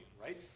right